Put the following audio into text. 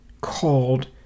called